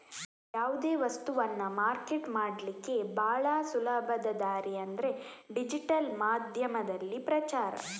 ಯಾವುದೇ ವಸ್ತವನ್ನ ಮಾರ್ಕೆಟ್ ಮಾಡ್ಲಿಕ್ಕೆ ಭಾಳ ಸುಲಭದ ದಾರಿ ಅಂದ್ರೆ ಡಿಜಿಟಲ್ ಮಾಧ್ಯಮದಲ್ಲಿ ಪ್ರಚಾರ